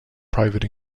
private